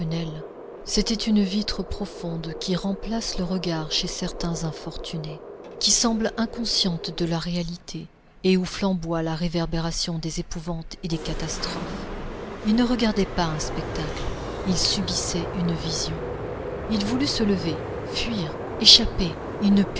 c'était cette vitre profonde qui remplace le regard chez certains infortunés qui semble inconsciente de la réalité et où flamboie la réverbération des épouvantes et des catastrophes il ne regardait pas un spectacle il subissait une vision il voulut se lever fuir échapper il ne